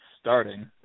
starting